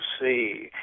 see